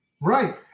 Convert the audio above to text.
Right